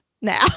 now